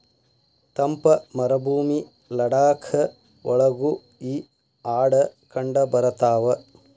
ತಂಪ ಮರಭೂಮಿ ಲಡಾಖ ಒಳಗು ಈ ಆಡ ಕಂಡಬರತಾವ